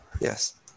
yes